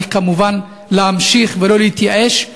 צריך, כמובן, להמשיך ולא להתייאש.